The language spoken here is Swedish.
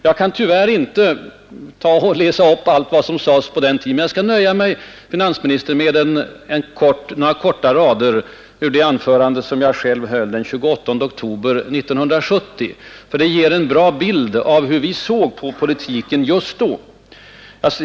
Jag kan tyvärr inte läsa upp allt vad som sades på den tiden, men jag skall nöja mig, herr finansminister, med några korta rader ur det anförande som jag själv höll den 28 oktober 1970, eftersom det ger en bra bild av hur vi såg på politiken just då.